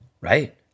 right